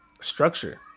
structure